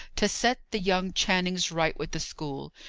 to set the young channings right with the school.